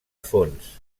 fons